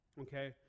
okay